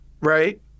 right